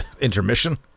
intermission